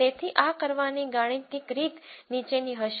તેથી આ કરવાની ગાણિતિક રીત નીચેની હશે